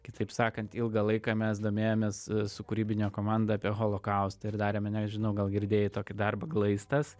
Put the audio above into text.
kitaip sakant ilgą laiką mes domėjomės su kūrybine komanda apie holokaustą ir darėme nežinau gal girdėjai tokį darbą glaistas